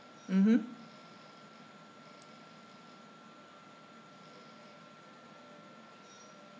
mmhmm